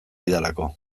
didalako